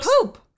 poop